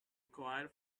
acquire